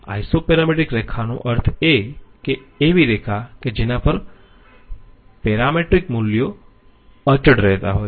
isoparametric રેખાનો અર્થ એ કે એવી રેખા કે જેના પર પેરામેટ્રિક મૂલ્યો અચળ રહેતા હોય છે